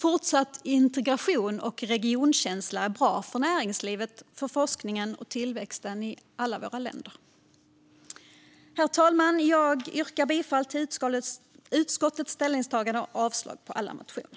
Fortsatt integration och regionkänsla är bra för näringslivet, forskningen och tillväxten i alla våra länder. Herr talman! Jag yrkar bifall till utskottets förslag och avslag på alla motioner.